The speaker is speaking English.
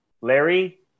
Larry